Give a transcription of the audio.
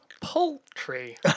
Poultry